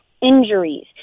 injuries